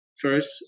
first